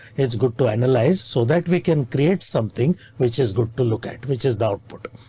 is good to analyze so that we can create something which is good to look at, which is the output.